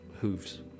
hooves